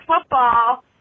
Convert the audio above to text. football